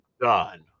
done